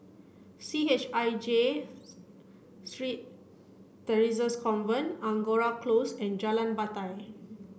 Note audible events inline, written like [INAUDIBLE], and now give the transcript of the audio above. C H I J [UNINTELLIGIBLE] Theresa's Convent Angora Close and Jalan Batai